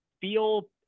feel